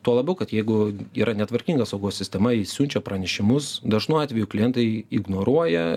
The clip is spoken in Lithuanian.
tuo labiau kad jeigu yra netvarkinga saugos sistema ji siunčia pranešimus dažnu atveju klientai ignoruoja